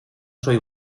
soy